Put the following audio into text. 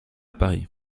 paris